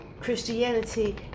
Christianity